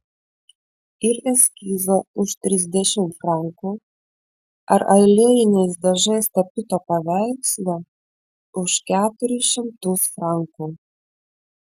ir eskizo už trisdešimt frankų ar aliejiniais dažais tapyto paveikslo už keturis šimtus frankų